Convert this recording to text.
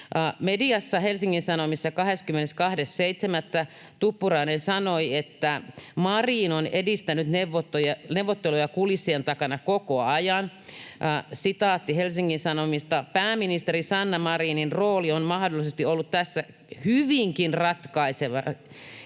Mediassa, Helsingin Sanomissa, 22.7. Tuppurainen sanoi, että Marin on edistänyt neuvotteluja kulissien takana koko ajan. Sitaatti Helsingin Sanomista: ”Pääministeri Sanna Marinin rooli on mahdollisesti ollut tässä hyvinkin ratkaiseva,